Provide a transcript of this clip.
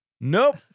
Nope